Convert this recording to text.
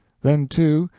then, too,